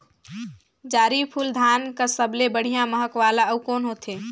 जीराफुल धान कस सबले बढ़िया महक वाला अउ कोन होथै?